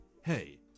Hey